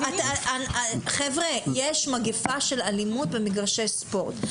יש מגיפה של אלימות במגרשי ספורט.